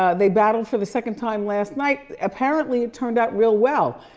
ah they battled for the second time last night. apparently it turned out real well.